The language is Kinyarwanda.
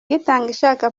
itangishaka